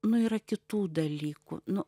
nu yra kitų dalykų nu